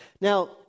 Now